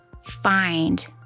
find